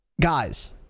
guys